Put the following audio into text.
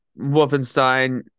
wolfenstein